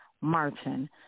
Martin